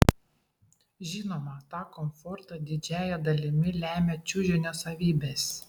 žinoma tą komfortą didžiąja dalimi lemia čiužinio savybės